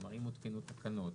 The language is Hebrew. כלומר, אם הותקנו תקנות.